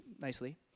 nicely